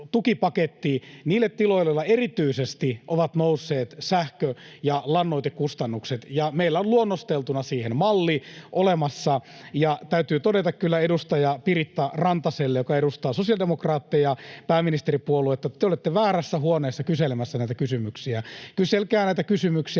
ovat erityisesti nousseet, ja meillä on luonnosteltuna siihen malli olemassa. Täytyy todeta kyllä edustaja Piritta Rantaselle, joka edustaa sosiaalidemokraatteja, pääministeripuoluetta: Te olette väärässä huoneessa kyselemässä näitä kysymyksiä. Kyselkää näitä kysymyksiä